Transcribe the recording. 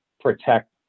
protect